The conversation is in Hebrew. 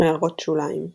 הערות שוליים ==